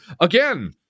again